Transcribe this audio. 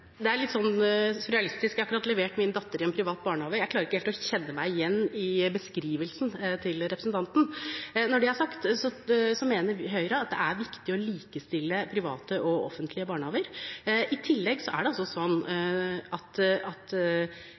Det er litt surrealistisk – jeg har akkurat levert min datter i en privat barnehage, og jeg klarer ikke helt å kjenne meg igjen i beskrivelsen til representanten. Når det er sagt: Høyre mener at det er viktig å likestille private og offentlige barnehager. I tillegg er det slik at